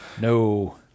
No